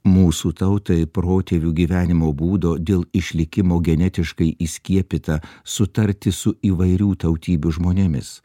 mūsų tautai protėvių gyvenimo būdo dėl išlikimo genetiškai įskiepyta sutarti su įvairių tautybių žmonėmis